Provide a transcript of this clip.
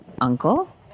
uncle